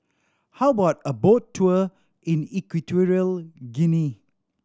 how about a boat tour in Equatorial Guinea